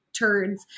turds